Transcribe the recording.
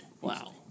Wow